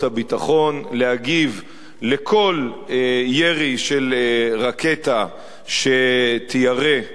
הביטחון להגיב על כל ירי של רקטה שתיירה,